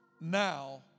now